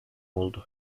oldu